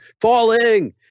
falling